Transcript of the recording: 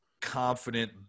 confident